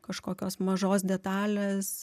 kažkokios mažos detalės